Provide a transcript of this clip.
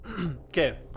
Okay